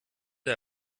der